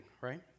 right